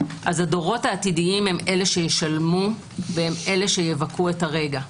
הדורות העתידיים הם אלה שישלמו ושיבכו את הרגע.